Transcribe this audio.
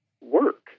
work